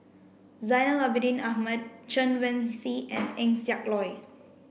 Zainal Abidin Ahmad Chen Wen Hsi and Eng Siak Loy